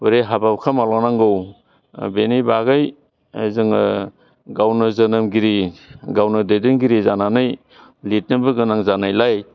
बोरै हाबा हुखा मावलांनांगौ बेनि बागै जोङो गावनो जोनोमगिरि गावनो दैदेनगिरि जानानै लिरनोबो गोनां जानायलाय